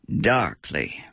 darkly